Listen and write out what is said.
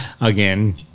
again